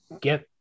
get